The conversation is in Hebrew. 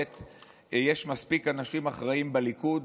יש מספיק אנשים אחראים בליכוד.